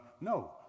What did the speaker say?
No